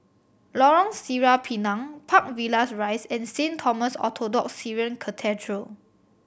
Lorong Sireh Pinang Park Villas Rise and Saint Thomas Orthodox Syrian Cathedral